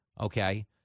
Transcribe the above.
okay